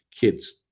kids